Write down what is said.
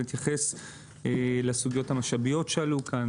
ואתייחס לסוגיות המשאביות שעלו כאן,